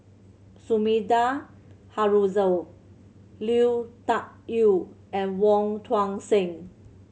Sumida Haruzo Lui Tuck Yew and Wong Tuang Seng